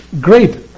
great